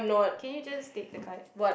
can you just take the card